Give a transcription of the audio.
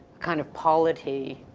kind of polity